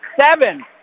seven